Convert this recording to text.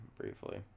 Briefly